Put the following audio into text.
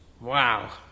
wow